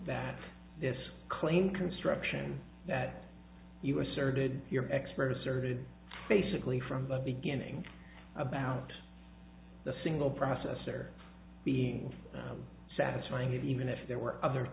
that this claim construction that you asserted your expert asserted basically from the beginning about the single processor being satisfying even if there were other